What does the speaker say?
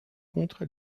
contre